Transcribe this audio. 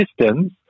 systems